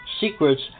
secrets